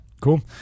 cool